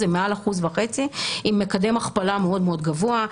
הן מעל 1.5% עם מקדם הכפלה מאוד גבוה.